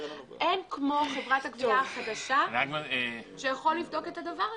אין כמו חברת הגבייה החדשה שיכול לבדוק את הדבר הזה.